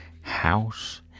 house